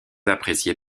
appréciées